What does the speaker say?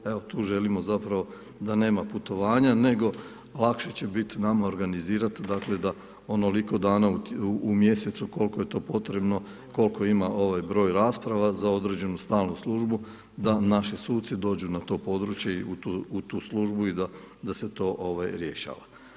Evo, tu želimo zapravo da nema putovanja, nego lakše će biti nama organizirati dakle da onoliko dana u mjesecu koliko je to potrebno, koliko ima ovaj broj rasprava za određenu stalnu službu, da naši suci dođu na to područje i u tu službu i da se to rješava.